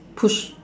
push